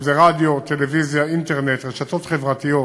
אם זה רדיו, טלוויזיה, אינטרנט, רשתות חברתיות,